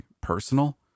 Personal